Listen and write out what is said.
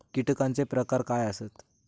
कीटकांचे प्रकार काय आसत?